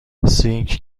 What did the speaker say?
سینک